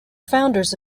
founders